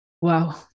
Wow